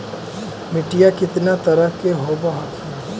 मिट्टीया कितना तरह के होब हखिन?